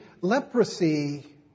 leprosy